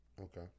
Okay